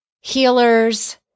healers